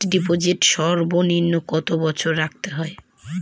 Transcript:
Fixed deposit সর্বনিম্ন কত বছর রাখতে হয়?